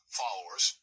followers